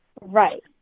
Right